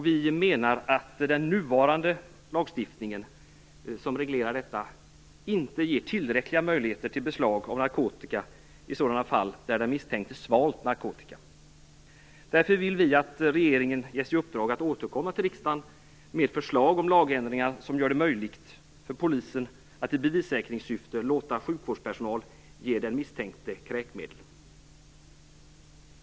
Vi menar att den lagstiftning som reglerar detta inte ger tillräckliga möjligheter till beslag av narkotika i sådana fall då den misstänkte svalt narkotika. Därför vill vi att regeringen ges i uppdrag att återkomma till riksdagen med förslag om lagändringar som gör det möjligt för polisen att i bevissäkringssyfte låta sjukvårdspersonal ge den misstänkte kräkmedel.